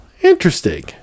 Interesting